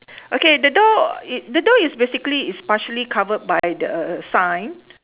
okay the door it the door is basically is partially covered by the uh sign